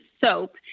SOAP